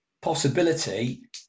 possibility